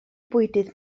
bwydydd